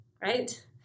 right